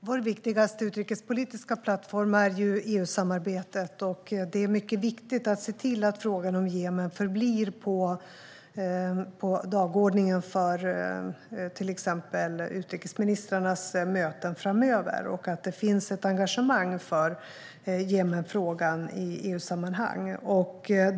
Herr talman! Vår viktigaste utrikespolitiska plattform är EU-samarbetet. Det är mycket viktigt att se till att frågan om Jemen blir kvar på dagordningen för till exempel utrikesministrarnas möten framöver och att det finns ett engagemang för Jemenfrågan i EU-sammanhang.